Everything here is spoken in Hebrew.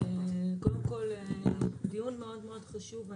קודם כול, זה דיון מאוד מאוד חשוב.